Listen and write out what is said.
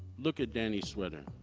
look at danny's sweater.